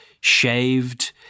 shaved